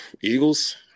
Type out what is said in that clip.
Eagles